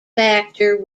factor